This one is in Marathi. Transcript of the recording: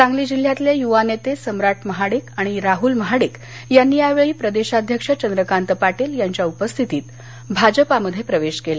सांगली जिल्हयातले युवा नेते सम्राट महाडिक आणि राहुल महाडिक यांनी यावेळी प्रदेशाध्यक्ष चंद्रकांत पाटील यांच्या उपस्थितीत भाजपामध्ये प्रवेश केला